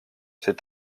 sait